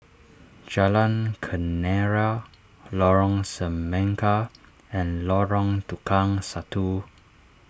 Jalan Kenarah Lorong Semangka and Lorong Tukang Satu